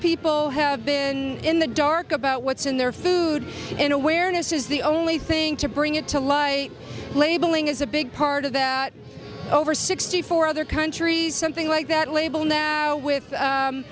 people have been in the dark about what's in their food in awareness is the only thing to bring it to lie labeling is a big part of that over sixty four other countries something like that label now with